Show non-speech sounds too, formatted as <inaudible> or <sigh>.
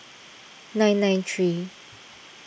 <noise> nine nine three